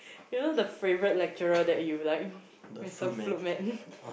you know the favourite lecturer that you like Mister